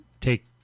take